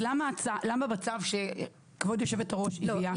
אז למה בצו שכבוד יושבת הראש הביאה.